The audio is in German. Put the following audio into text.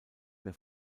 mehr